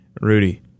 Rudy